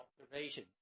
observation